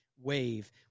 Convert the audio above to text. wave